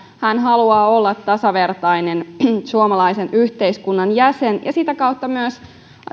hän haluaa olla tasavertainen suomalaisen yhteiskunnan jäsen ja sitä kautta myös